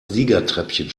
siegertreppchen